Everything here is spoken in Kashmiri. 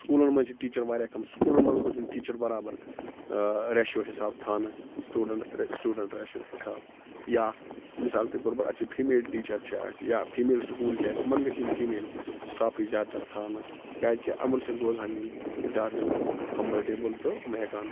سکوٗلَن منٛز چھِ ٹیٖچَر واریاہ کَم سکوٗلَن منٛز گوٚژھ یُن ٹیٖچَر برابر ریشیو حساب تھانہٕ سٕٹوٗڈَنٛٹ سٕٹوٗڈَنٛٹ ریشیو حساب یا مِثال کے طور پَر اَسہِ چھِ فیٖمیل ٹیٖچَر چھِ اَسہِ یا فیٖمیل سکوٗل چھِ اَسہِ یِمَن گژھِ یِنۍ فیٖمیل سِٹافٕے زیادٕ تَر تھانہٕ کیٛازکہِ یِمَن سۭتۍ روزہٕن یِم زیادٕ کَمفٲٹیبٕل تہٕ یِم ہٮ۪کہٕ ہن